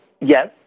yes